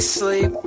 sleep